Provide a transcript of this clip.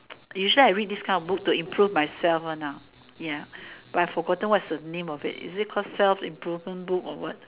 usually I read this kind of book to improve myself one ah ya but I forgotten what is the name of it is it called self improvement book or what